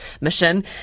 mission